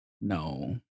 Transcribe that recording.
No